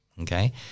Okay